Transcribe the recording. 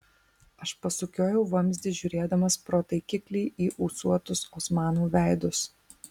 aš pasukiojau vamzdį žiūrėdamas pro taikiklį į ūsuotus osmanų veidus